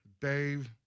Dave